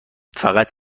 فقط